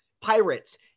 Pirates